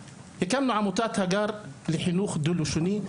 הקמנו את עמותת הגר, עמותה לחינוך דו לשוני.